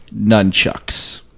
Nunchucks